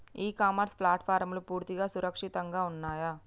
ఇ commerce ప్లాట్ఫారమ్లు పూర్తిగా సురక్షితంగా ఉన్నయా?